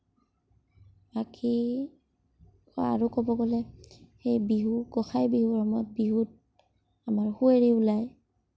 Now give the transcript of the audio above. বাকী আৰু ক'ব গ'লে সেই বিহু গোঁসাই বিহুত আমাৰ সুঁৱৰী ওলায়